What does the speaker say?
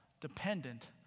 dependent